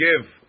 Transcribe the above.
give